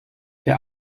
der